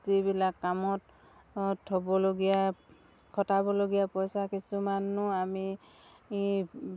যিবিলাক কামত থ'বলগীয়া খটাবলগীয়া পইচা কিছুমানো আমি